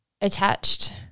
attached